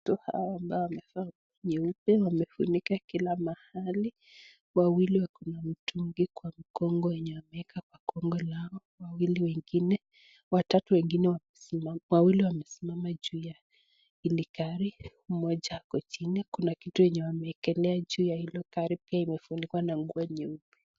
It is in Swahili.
Watu hawa ambao wamevaa nyeupe wamefunika kila mahali, wawili wako na mtungi kwa mgongo yenye wameweka kwa gongo lao, watatu wengi wamesimama, wawili wamesimama juu ya hili gari, mmoja ako chini, kuna kitu yenye wameekelea juu ya hilo gari pia imefunikwa na nguo nyeupe.